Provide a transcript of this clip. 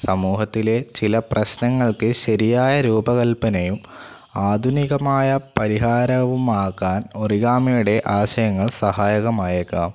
സമൂഹത്തിലെ ചില പ്രശ്നങ്ങൾക്ക് ശരിയായ രൂപകൽപനയും ആധുനികമായ പരിഹാരവുമാക്കാൻ ഒറിഗാമിയുടെ ആശയങ്ങൾ സഹായകമായേക്കാം